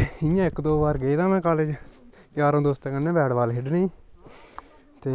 इयां इक दो बारी गेदां में कालेज यारें दोस्तें कन्नै बैटबाल खेढनें गी ते